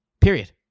period